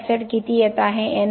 SO2 किती येत आहे